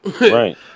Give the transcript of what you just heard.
right